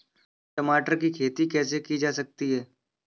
टमाटर की खेती कैसे की जा सकती है?